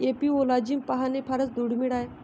apiology पाहणे फार दुर्मिळ आहे